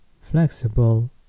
flexible